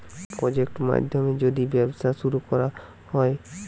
project মাধ্যমে যদি ব্যবসা শুরু করা হয়